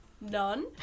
none